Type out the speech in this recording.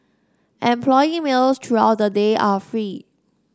employee meals throughout the day are free